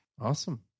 Awesome